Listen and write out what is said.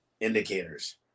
indicators